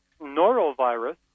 norovirus